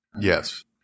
Yes